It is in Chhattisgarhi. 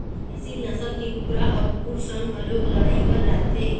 एसील नसल के कुकरा ह कुकुर संग घलोक लड़ई कर डारथे